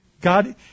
God